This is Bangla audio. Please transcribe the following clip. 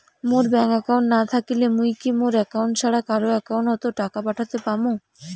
মোর ব্যাংক একাউন্ট না থাকিলে মুই কি মোর একাউন্ট ছাড়া কারো একাউন্ট অত টাকা পাঠের পাম?